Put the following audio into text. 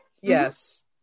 Yes